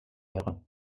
wäre